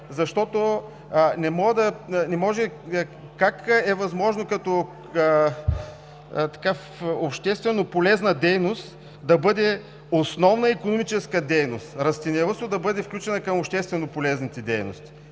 защото не може… Как е възможно като общественополезна дейност да бъде основна икономическа дейност – растениевъдството да бъде включено към общественополезните дейности?